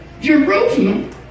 Jerusalem